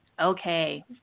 okay